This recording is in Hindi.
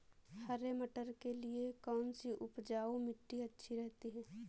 हरे मटर के लिए कौन सी उपजाऊ मिट्टी अच्छी रहती है?